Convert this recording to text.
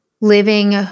living